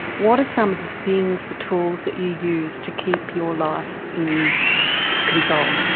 what are some of the things, the tools that you use to keep your life in control?